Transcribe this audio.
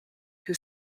who